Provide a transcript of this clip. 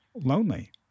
lonely